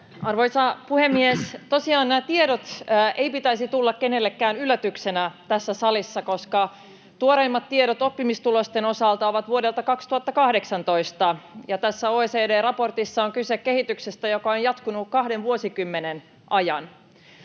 Arvoisa puhemies! Tosiaan näiden tietojen ei pitäisi tulla kenellekään yllätyksenä tässä salissa, koska tuoreimmat tiedot oppimistulosten osalta ovat vuodelta 2018, ja tässä OECD-raportissa on kyse kehityksestä, joka on jatkunut kahden vuosikymmenen ajan.